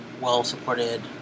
well-supported